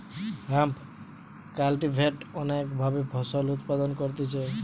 hemp cultivate অনেক ভাবে ফসল উৎপাদন করতিছে